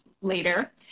later